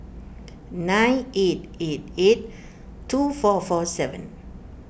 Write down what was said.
nine eight eight eight two four four seven